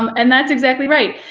um and that's exactly right.